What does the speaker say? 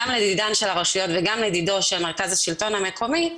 גם לדידן של הרשויות וגם לדידו של מרכז השלטון המקומי,